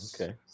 okay